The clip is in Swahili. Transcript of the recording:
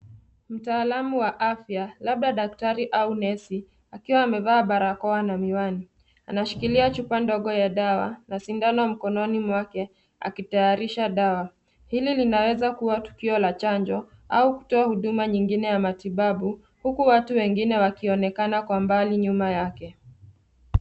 Mtalaam wa afya labda daktari au nesi akiwa amevaa barakoa na miwani anashikilia chupa ndogo ya dawa na sindano mkononi mwake akitayarisha dawa. Hili linaweza kuwa tukio la chanjo au kutoa huduma nyingine ya matibabu huku watu wengine wakionekana kwa mbali nyuma yake.